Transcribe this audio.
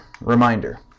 reminder